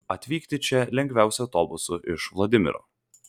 atvykti čia lengviausia autobusu iš vladimiro